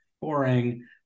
Boring